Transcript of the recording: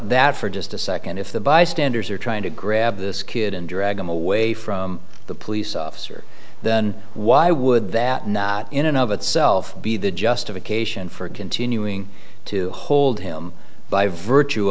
that for just a second if the bystanders are trying to grab this kid and drag him away from the police officer then why would that not in and of itself be the justification for continuing to hold him by virtue